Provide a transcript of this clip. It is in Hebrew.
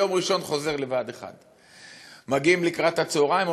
וביום ראשון חוזר לבה"ד 1. מגיעים לקראת הצהריים,